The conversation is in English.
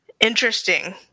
Interesting